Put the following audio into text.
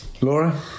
Laura